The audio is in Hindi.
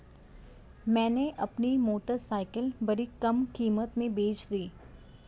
मैंने अपनी मोटरसाइकिल बड़ी कम कीमत में बेंच दी